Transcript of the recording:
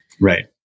Right